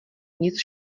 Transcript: nic